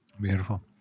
Beautiful